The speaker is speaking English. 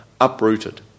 uprooted